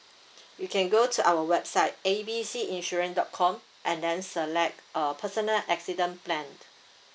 you can go to our website A B C insurance dot com and then select uh personal accident plan